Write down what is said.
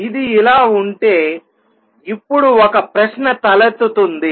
ఇది ఇలా ఉంటే ఇప్పుడు ఒక ప్రశ్న తలెత్తుతుంది